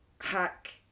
hack